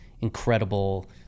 incredible